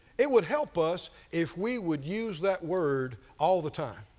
it would help us if we would use that word all the time.